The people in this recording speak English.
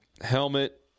helmet